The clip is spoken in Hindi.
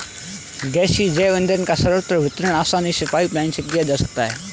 गैसीय जैव ईंधन का सर्वत्र वितरण आसानी से पाइपलाईन से किया जा सकता है